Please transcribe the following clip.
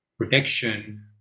protection